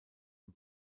dem